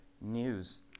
news